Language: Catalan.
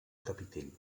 capitell